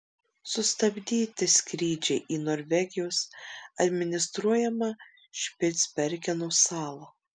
sustabdyti skrydžiai į norvegijos administruojamą špicbergeno salą